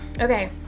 Okay